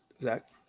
Zach